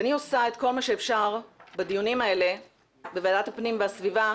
אני עושה את כל מה שאפשר בדיונים האלה בוועדת הפנים והסביבה,